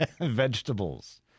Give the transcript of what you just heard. Vegetables